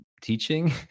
teaching